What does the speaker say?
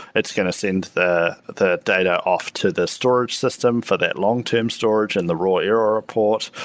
it's going to send the the data off to the storage system for that long term storage and the raw error report.